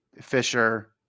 Fisher